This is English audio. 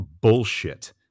bullshit